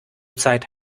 zeit